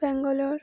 Bangalore